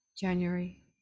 January